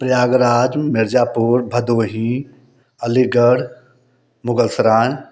Prayagraj Mirzapur Bhadohi Aligarh Mughalsarai